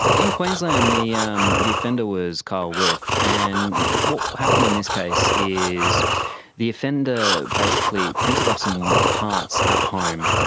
in queensland the um the offender was kyle wirth, and what happened in this case is the offender basically printed off some parts at home,